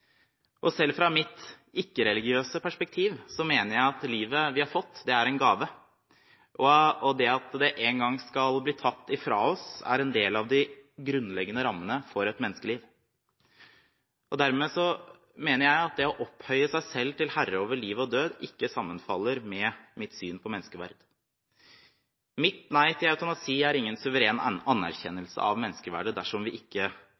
Selv fra mitt ikke-religiøse perspektiv mener jeg at livet vi har fått, er en gave. Og det at det en gang skal bli tatt fra oss, er en del av de grunnleggende rammene for et menneskeliv. Dermed mener jeg at det å opphøye seg selv til herre over liv og død ikke sammenfaller med mitt syn på menneskeverd. Mitt nei til eutanasi er ingen suveren anerkjennelse av menneskeverdet dersom vi ikke